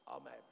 amen